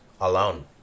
alone